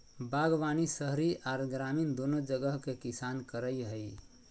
बागवानी शहरी आर ग्रामीण दोनो जगह के किसान करई हई,